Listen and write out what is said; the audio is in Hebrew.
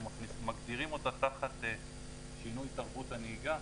מגדירים אותה תחת שינוי תרבות הנהיגה,